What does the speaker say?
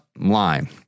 line